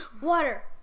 Water